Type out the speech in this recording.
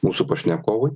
mūsų pašnekovai